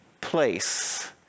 place